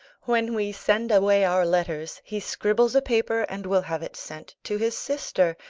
when we send away our letters he scribbles a paper and will have it sent to his sister,